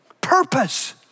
purpose